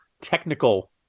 technical